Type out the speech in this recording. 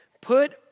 Put